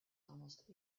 almost